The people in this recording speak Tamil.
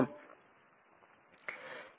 சரி